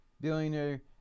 billionaire